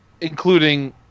Including